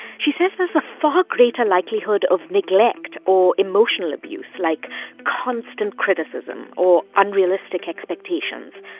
she says there's a far greater likelihood of neglect or emotional abuse, like constant criticism or unrealistic expectations.